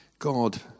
God